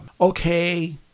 okay